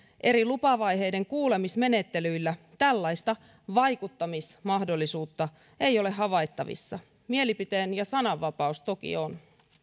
eri lupavaiheiden kuulemismenettelyillä tällaista vaikuttamismahdollisuutta ei ole havaittavissa mielipiteen ja sananvapaus toki on